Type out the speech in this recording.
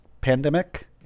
Pandemic